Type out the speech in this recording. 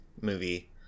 movie